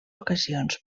ocasions